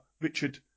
Richard